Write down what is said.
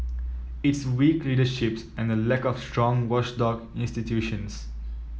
it's weak leaderships and the lack of strong watchdog institutions